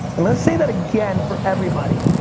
i'm gonna say that again for everybody.